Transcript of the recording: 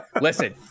Listen